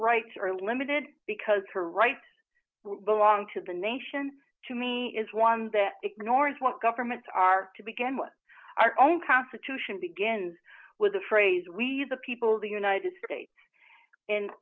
rights are limited because her rights belong to the nation to me is one that ignores what governments are to begin with our own constitution begins with the phrase we the people the united states